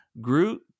Groot